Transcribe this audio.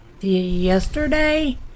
yesterday